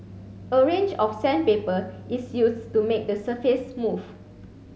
a range of sandpaper is used to make the surface smooth